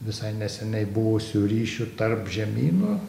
visai neseniai buvusių ryšių tarp žemynų